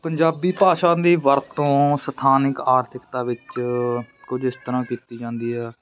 ਪੰਜਾਬੀ ਭਾਸ਼ਾ ਦੀ ਵਰਤੋਂ ਸਥਾਨਿਕ ਆਰਥਿਕਤਾ ਵਿੱਚ ਕੁਝ ਇਸ ਤਰ੍ਹਾਂ ਕੀਤੀ ਜਾਂਦੀ ਆ